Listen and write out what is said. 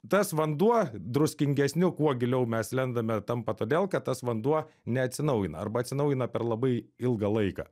tas vanduo druskingesniu kuo giliau mes lendame tampa todėl kad tas vanduo neatsinaujina arba atsinaujina per labai ilgą laiką